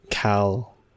Cal